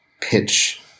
pitch